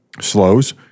slows